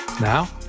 Now